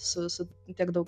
su su tiek daug